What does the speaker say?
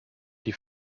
die